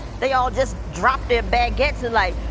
they all just drop their baguettes and, like,